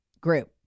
group